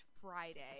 Friday